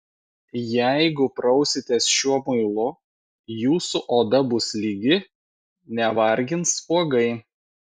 jeigu prausitės šiuo muilu jūsų oda bus lygi nevargins spuogai